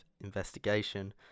investigation